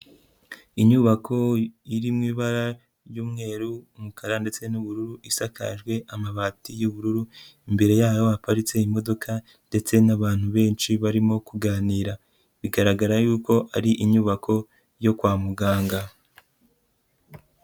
Inyubako iri mu ibara ry'umweru, umukara ndetse n'ubururu, isakajwe amabati y'ubururu, imbere yayo haparitse imodoka ndetse n'abantu benshi barimo kuganira, bigaragara yuko ari inyubako yo kwa muganga.